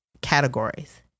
categories